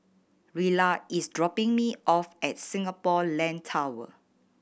Rilla is dropping me off at Singapore Land Tower